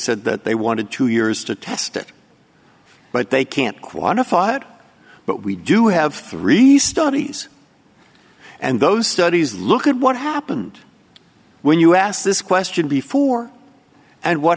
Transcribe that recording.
said that they wanted two years to test it but they can't quantify it but we do have three studies and those studies look at what happened when you asked this question before and what